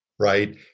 right